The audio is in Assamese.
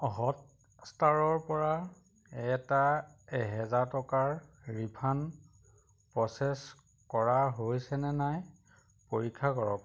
হটষ্টাৰৰপৰা এটা এহেজাৰ টকাৰ ৰিফাণ্ড প্ৰ'চেছ কৰা হৈছেনে নাই পৰীক্ষা কৰক